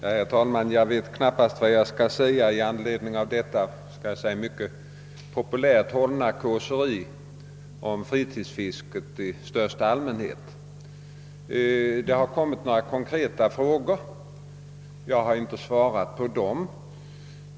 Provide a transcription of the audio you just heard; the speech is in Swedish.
Herr talman! Jag vet knappast vad jag skall säga i anledning av detta mycket populärt hållna kåseri om fritidsfisket i största allmänhet. Det har framförts några konkreta frågor — jag har inte svarat på dem.